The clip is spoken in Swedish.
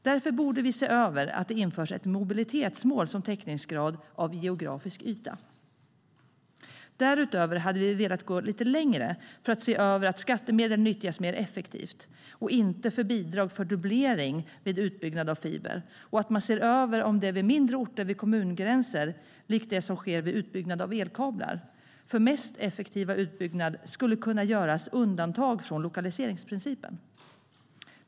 Därför borde vi se till att det införs ett mobilitetsmål som täckningsgrad av geografisk yta. Därutöver hade vi velat gå lite längre för att se till att skattemedel nyttjas mer effektivt och inte för bidrag för dubblering vid utbyggnad av fiber. Vi föreslår att man ser över om det i mindre orter vid kommungränser, likt det som sker vid utbyggnad av elkablar, för mest effektiva utbyggnad skulle kunna göras undantag från lokaliseringsprincipen.